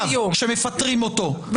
כשמפטרים אותו,